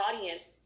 audience